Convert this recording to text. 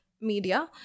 media